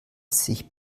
sich